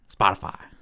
Spotify